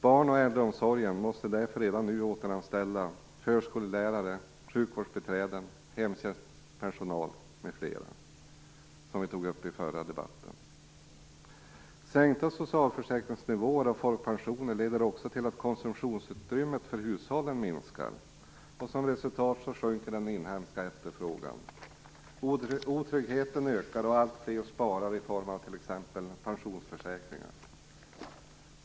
Barn och äldreomsorgen måste därför redan nu återanställa förskollärare, sjukvårdsbiträden, hemtjänstpersonal, m.fl., som vi tog upp i den förra debatten. Sänkta socialförsäkringsnivåer och folkpensioner leder också till att konsumtionsutrymmet för hushållen minskar, och som resultat sjunker den inhemska efterfrågan. Otryggheten ökar och alltfler sparar i form av t.ex. pensionsförsäkringar.